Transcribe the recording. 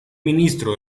ministro